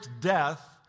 death